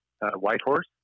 Whitehorse